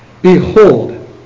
Behold